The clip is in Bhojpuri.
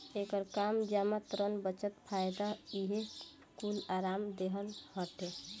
एकर काम जमा, ऋण, बचत, फायदा इहे कूल आराम देहल हटे